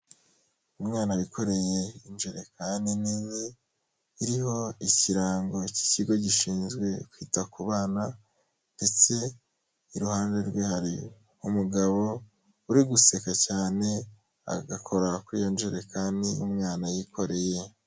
Umwana wikoreye injerekani nini iriho ikirango cy'ikigo gishinzwe kwita ku bana ndetse iruhande rwe hari umugabo uri guseka cyane agakora kuri iyo njerekani umwana yikoreye.